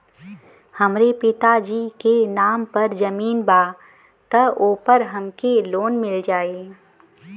हमरे पिता जी के नाम पर जमीन बा त ओपर हमके लोन मिल जाई?